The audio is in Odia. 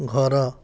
ଘର